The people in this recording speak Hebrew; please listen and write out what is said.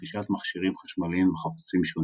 רכישת מכשירים חשמליים וחפצים שונים,